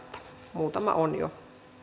muutama on jo